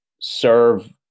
serve